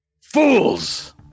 Fools